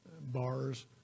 bars